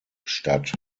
statt